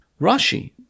Rashi